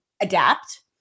adapt